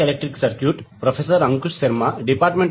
నమస్కారము